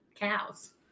cows